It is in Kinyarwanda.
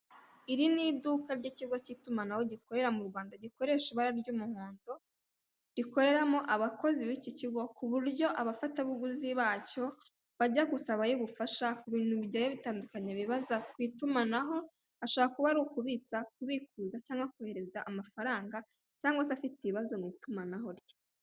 Iri ni iduka ry'ikigo cy'itumanaho gikorera mu Rwanda, gikoresha ibara ry'umuhondo. Rikoreramo abakozi b'iki kigo; ku buryo abafatabuguzi bacyo, bajya gusabayo ubufasha ku bintu bigiye bitandukanye bibaza ku itumanaho. Ashobora kuba ari ukubitsa, kubikuza cyangwa kohereza amafaranga, cyangwa se afite ibibazo mu itumanaho rye.